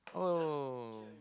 oh